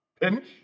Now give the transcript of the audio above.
pinch